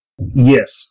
yes